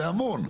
זה המון,